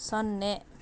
ಸೊನ್ನೆ